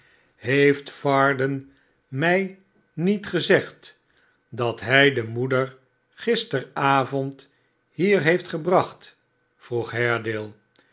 heeft varden mij niet gezegd dat hij de moeder gisterenavond hier heeft gebracht vroeg